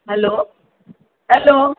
hello hello